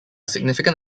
significant